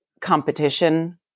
competition